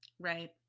Right